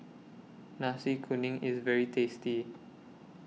Nasi Kuning IS very tasty